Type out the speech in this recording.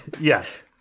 Yes